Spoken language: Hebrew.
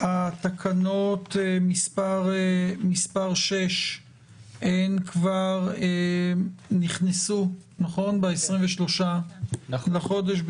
תקנות מס' 6 כבר נכנסו ב-23 לחודש,